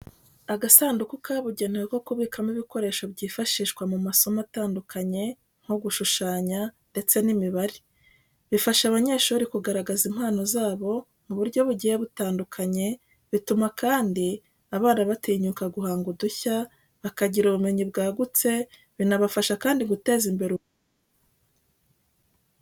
Agasanduku kabugenewe ko kubikamo ibikoresho byifashishwa mu masomo atandukanye nko gushushanya ndetse n'imibare. Bifasha abanyeshuri kugaragaza impano zabo mu buryo bugiye butandukanye, bituma kandi abana batinyuka guhanga udushya, bakagira ubumenyi bwagutse, binabafasha kandi guteza imbere ubugeni.